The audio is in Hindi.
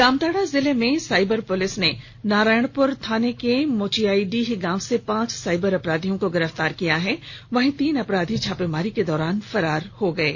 जामताड़ा जिले में साइबर पुलिस ने नारायणपुर थाना के मोचीआईडीह गांव से पांच साइबर अपराधियों को गिरफ्तार किया है वहीं तीन अपराधी छापेमारी के दौरान फरार हो गये